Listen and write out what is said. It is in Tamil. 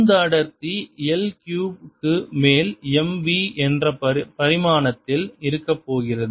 time உந்த அடர்த்தி L கியூப் க்கு மேல் Mv என்ற பரிமாணத்தில் இருக்கப்போகிறது